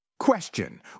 Question